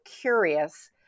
curious